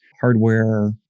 hardware